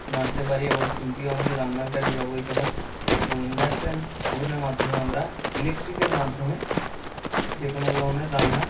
নাড়তে পারি এবং খুন্তিও আমাদের রান্নার কাজে ব্যবহৃত হয় এবং ইন্ডাকশান ওভেনের মাধ্যমে আমরা ইলেক্ট্রিকের মাধ্যমে যে কোনো ধরনের রান্না